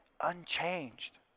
unchanged